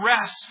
rest